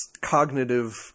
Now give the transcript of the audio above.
cognitive